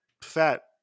fat